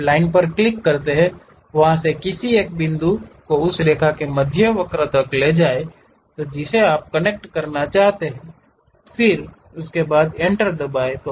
आप लाइन पर क्लिक करते हैं वहां से किसी एक बिंदु को उस रेखा के मध्य बिंदु तक ले जाते हैं जिसे आप कनेक्ट करना चाहते हैं उसके बाद एंटर दबाएँ